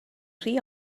rhy